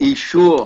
אישור